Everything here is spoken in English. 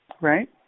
right